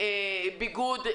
ביגוד,